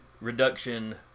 reduction